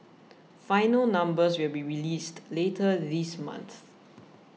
final numbers will be released later this month